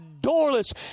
doorless